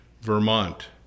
Vermont